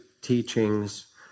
teachings